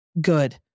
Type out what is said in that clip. good